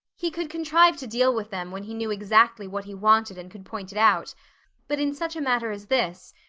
he could contrive to deal with them when he knew exactly what he wanted and could point it out but in such a matter as this,